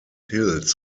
hills